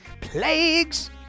plagues